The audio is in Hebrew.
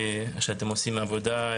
שאתם עושים עבודה,